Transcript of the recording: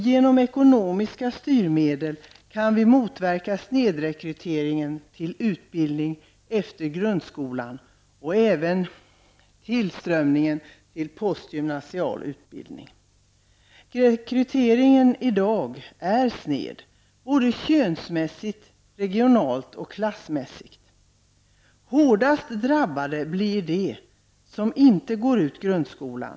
Genom ekonomiska styrmedel kan vi motverka snedrekrytering vad gäller utbildning efter grundskolan. Det gäller även tillströmningen till postgymnasial utbildning. I dag kan en snedrekrytering konstateras -- könsmässigt, regionalt och klassmässigt. Hårdast drabbas de som inte går ut grundskolan.